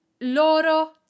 loro